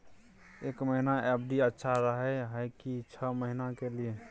एक महीना एफ.डी अच्छा रहय हय की छः महीना के लिए?